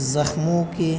زخموں کی